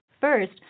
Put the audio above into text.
First